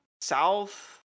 south